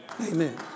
Amen